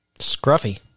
Scruffy